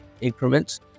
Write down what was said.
increments